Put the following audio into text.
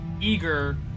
eager